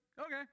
okay